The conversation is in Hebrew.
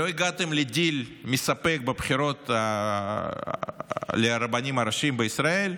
לא הגעתם לדיל מספק בבחירות לרבנים הראשיים לישראל,